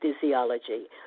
physiology